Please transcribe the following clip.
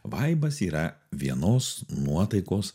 vaibas yra vienos nuotaikos